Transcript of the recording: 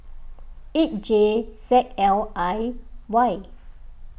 eight J Z L I Y